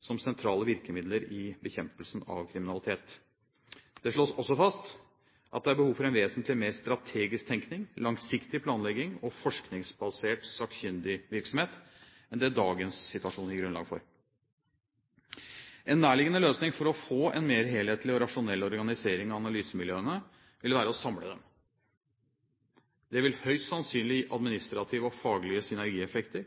som sentrale virkemidler i bekjempelsen av kriminalitet. Det slås også fast at det er behov for en vesentlig mer strategisk tenkning, langsiktig planlegging og forskningsbasert sakkyndigvirksomhet enn det dagens situasjon gir grunnlag for. En nærliggende løsning for å få en mer helhetlig og rasjonell organisering av analysemiljøene vil være å samle dem. Det vil høyst sannsynlig gi administrative og faglige synergieffekter.